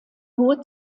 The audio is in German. hohe